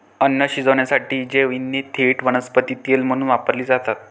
अन्न शिजवण्यासाठी जैवइंधने थेट वनस्पती तेल म्हणून वापरली जातात